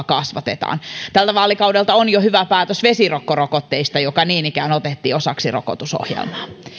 kasvatetaan tältä vaalikaudelta on jo hyvä päätös vesirokkorokotteesta joka niin ikään otettiin osaksi rokotusohjelmaa